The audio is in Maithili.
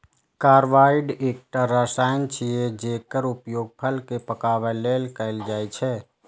कार्बाइड एकटा रसायन छियै, जेकर उपयोग फल कें पकाबै लेल कैल जाइ छै